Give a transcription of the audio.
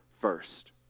first